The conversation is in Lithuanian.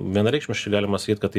vienareikšmiškai galima sakyt kad tai